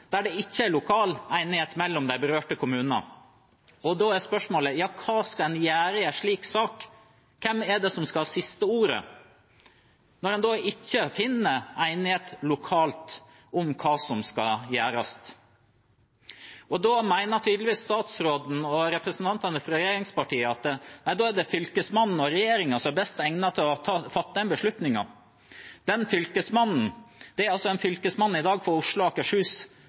der det ikke er lokal enighet mellom de berørte kommunene. Da er spørsmålet: Hva skal en gjøre i en slik sak? Hvem skal ha det siste ordet når en ikke finner enighet lokalt om hva som skal gjøres? Statsråden og representantene fra regjeringspartiene mener tydeligvis at da er det Fylkesmannen og regjeringen som er best egnet til å fatte en slik beslutning. Den fylkesmannen er i dag fylkesmann for Oslo og Akershus